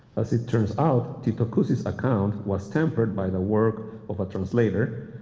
as it turns out, titu cuzi's account was tempered by the work of a translator,